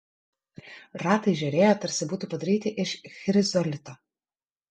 ratai žėrėjo tarsi būtų padaryti iš chrizolito